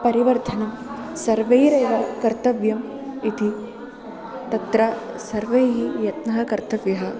परिवर्धनं सर्वैरेव कर्तव्यम् इति तत्र सर्वैः यत्नः कर्तव्यः